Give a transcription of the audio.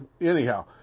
Anyhow